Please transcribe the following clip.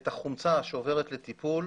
את החומצה שעוברת לטיפול,